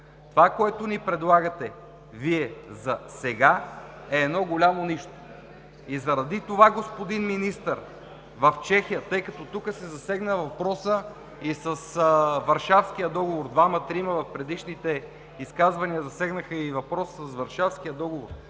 Това, което сега ни предлагате Вие, е едно голямо нищо и, господин Министър, тъй като тук се засегна въпросът и с Варшавския договор, двама-трима в предишните изказвания засегнаха въпроса с Варшавския договор,